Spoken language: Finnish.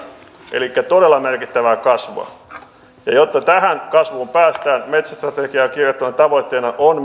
elikkä todella merkittävää kasvua jotta tähän kasvuun päästään metsästrategiaan kirjattuna tavoitteena on